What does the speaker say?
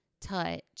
touch